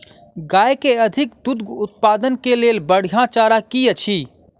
गाय केँ अधिक दुग्ध उत्पादन केँ लेल बढ़िया चारा की अछि?